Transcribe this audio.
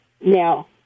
Now